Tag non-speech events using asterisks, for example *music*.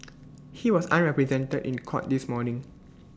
*noise* he was unrepresented in court this morning